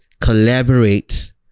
collaborate